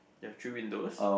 you have three windows